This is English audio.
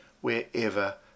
wherever